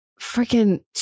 freaking